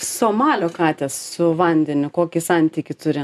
somalio katės su vandeniu kokį santykį turi